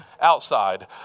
outside